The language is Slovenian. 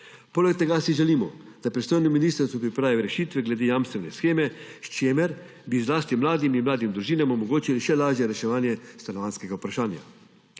Poleg tega si želimo, da pristojno ministrstvo pripravi rešitve glede jamstvene sheme, s čimer bi zlasti mladim in mladim družinam omogočili še lažje reševanje stanovanjskega vprašanja.